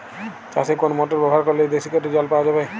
চাষে কোন মোটর ব্যবহার করলে বেশী করে জল দেওয়া যাবে?